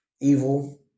evil